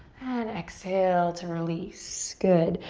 and exhale to release. good.